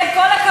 עם כל הכבוד,